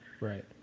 Right